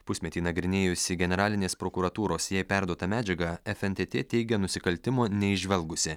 pusmetį nagrinėjusi generalinės prokuratūros jai perduotą medžiagą fntt teigia nusikaltimo neįžvelgusi